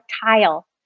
tile